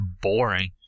boring